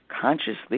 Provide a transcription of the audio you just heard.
consciously